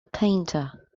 painter